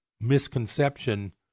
misconception